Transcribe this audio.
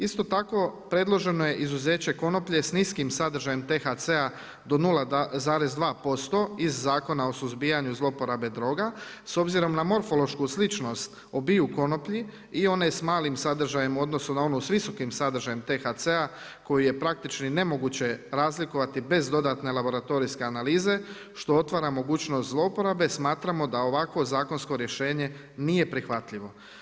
Isto tako predloženo je izuzeće konoplje s niskim sadržajem THC-a do 0,2% iz Zakona o suzbijanju zlouporabe droga s obzirom na morfološku sličnost obiju konoplji i one s malim sadržajem u odnosu na onu s visokim sadržajem THC-a koju je praktički nemoguće razlikovati bez dodatne laboratorijske analize što otvara mogućnost zlouporabe, smatramo da ovakvo zakonsko rješenje nije prihvatljivo.